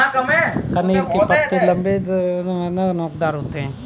कनेर के पत्ते लम्बे, नोकदार होते हैं